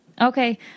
Okay